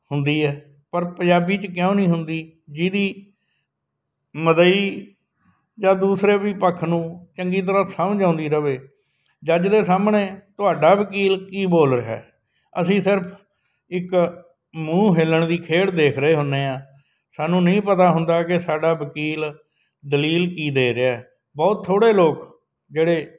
ਹੁੰਦੀ ਹੈ ਪਰ ਪੰਜਾਬੀ 'ਚ ਕਿਉਂ ਨਹੀਂ ਹੁੰਦੀ ਜਿਹਦੀ ਮਦਈ ਜਾਂ ਦੂਸਰੇ ਵੀ ਪੱਖ ਨੂੰ ਚੰਗੀ ਤਰ੍ਹਾਂ ਸਮਝ ਆਉਂਦੀ ਰਵੇ ਜੱਜ ਦੇ ਸਾਹਮਣੇ ਤੁਹਾਡਾ ਵਕੀਲ ਕੀ ਬੋਲ ਰਿਹਾ ਅਸੀਂ ਸਿਰਫ ਇੱਕ ਮੂੰਹ ਹਿਲਣ ਦੀ ਖੇਡ ਦੇਖ ਰਹੇ ਹੁੰਦੇ ਹਾਂ ਸਾਨੂੰ ਨਹੀਂ ਪਤਾ ਹੁੰਦਾ ਕਿ ਸਾਡਾ ਵਕੀਲ ਦਲੀਲ ਕੀ ਦੇ ਰਿਹਾ ਬਹੁਤ ਥੋੜ੍ਹੇ ਲੋਕ ਜਿਹੜੇ